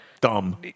Dumb